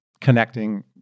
connecting